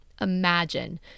Imagine